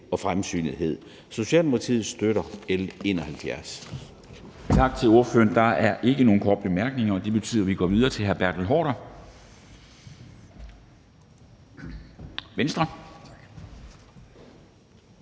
og fremsynethed. Socialdemokratiet støtter L 71.